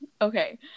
Okay